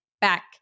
back